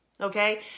okay